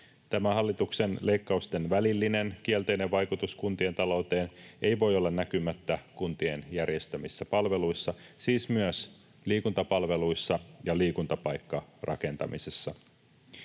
hallituksen leikkausten välillinen kielteinen vaikutus kuntien talouteen ei voi olla näkymättä kuntien järjestämissä palveluissa, siis myös liikuntapalveluissa ja liikuntapaikkarakentamisessa.